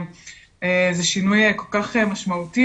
זה שינוי כל כך משמעותי,